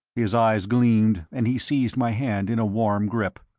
his eyes gleamed, and he seized my hand in a warm grip.